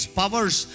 powers